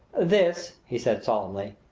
this, he said solemnly,